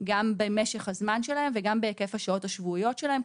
גם במשך הזמן שלהן וגם בהיקף השעות השבועיות שלהן,